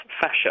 fascia